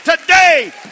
today